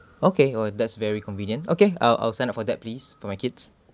okay oh that's very convenient okay I'll I'll sign up for that please for my kids